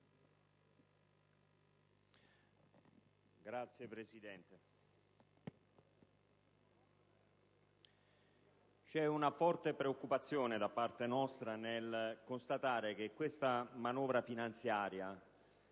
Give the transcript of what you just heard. c'è una forte preoccupazione da parte nostra nel constatare che questa manovra finanziaria,